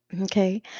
Okay